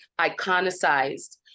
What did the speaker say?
iconicized